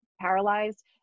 paralyzed